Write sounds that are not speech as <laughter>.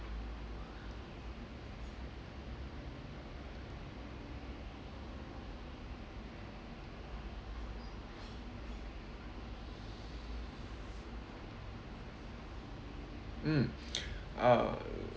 mm <breath> uh